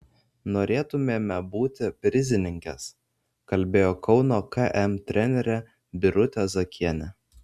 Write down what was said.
norėtumėme būti prizininkės kalbėjo kauno km trenerė birutė zakienė